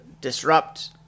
disrupt